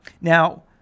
Now